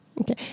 okay